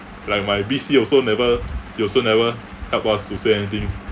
like my B_C also never he also never help us to say anything